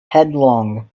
headlong